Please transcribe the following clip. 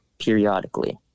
periodically